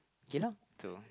okay lor so